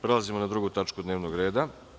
Prelazimo na drugu tačku dnevnog reda.